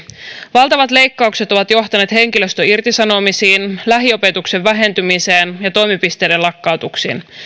valtavat leikkaukset ovat johtaneet henkilöstön irtisanomisiin lähiopetuksen vähentymiseen ja toimipisteiden lakkautuksiin